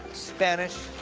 spanish,